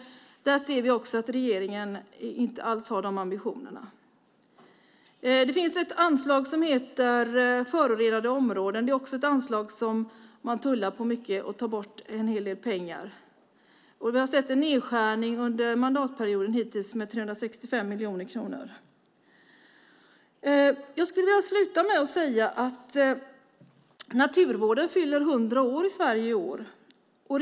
Där ser vi att regeringen inte alls har de ambitionerna. Det finns ett anslag som heter Förorenade områden. Det är också ett anslag som man tullar på mycket och där man tar bort en hel del pengar. Vi har hittills under mandatperioden sett en nedskärning med 365 miljoner kronor. Jag skulle vilja sluta med att säga att naturvården i Sverige fyller 100 år i år.